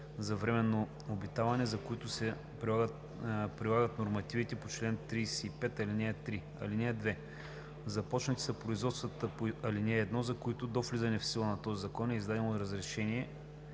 за временно обитаване, за които се прилагат нормативите по чл. 35, ал. 3. (2) Започнати са производствата по ал. 1, за които до влизането в сила на този закон е издадено разрешение